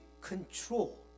control